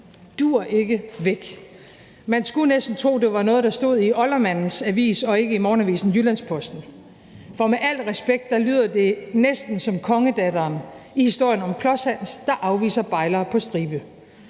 duer ikke, væk. Man skulle næsten tro, at det var noget, der stod i oldermandens avis og ikke i Morgenavisen Jyllands-Posten. For med al respekt lyder det næsten som kongedatteren i historien om Klods-Hans, der afviser bejlere på stribe.